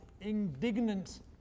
indignant